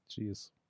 Jeez